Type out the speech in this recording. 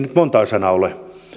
nyt montaa sanaa ole